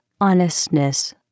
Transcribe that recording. honestness